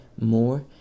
more